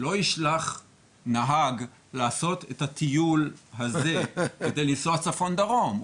לא ישלח נהג לעשות את הטיול הזה על מנת לנסוע מכיוון צפון לכיוון דרום.